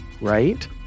right